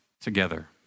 together